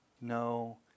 no